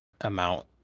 amount